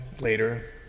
later